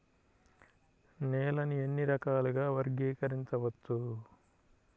నేలని ఎన్ని రకాలుగా వర్గీకరించవచ్చు?